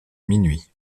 minuit